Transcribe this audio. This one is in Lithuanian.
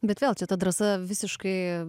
bet vėl čia ta drąsa visiškai